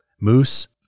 moose